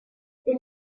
elle